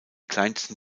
kleinsten